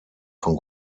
von